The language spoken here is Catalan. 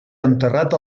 enterrat